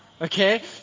Okay